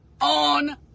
on